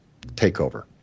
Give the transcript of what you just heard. takeover